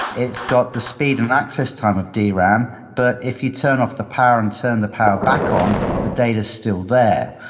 it's got the speed and access time of dram, but if you turn off the power and turn the power back on, the data is still there.